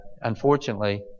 Unfortunately